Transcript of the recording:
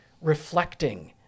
reflecting